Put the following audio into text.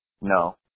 no